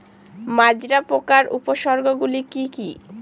মাজরা পোকার উপসর্গগুলি কি কি?